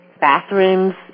bathrooms